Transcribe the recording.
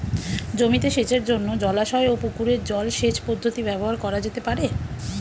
জমিতে সেচের জন্য জলাশয় ও পুকুরের জল সেচ পদ্ধতি ব্যবহার করা যেতে পারে?